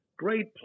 great